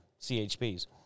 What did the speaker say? CHPs